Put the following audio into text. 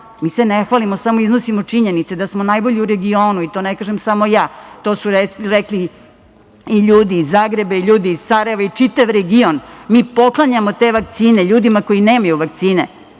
Mi se ne hvalimo, samo iznosimo činjenice da smo najbolji u regionu.I to ne kažem samo ja, to su rekli i ljudi iz Zagreba i ljudi iz Sarajeva i čitav region. Mi poklanjamo te vakcine ljudima koji nemaju vakcine,